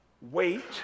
wait